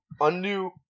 undo